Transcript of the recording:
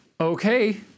okay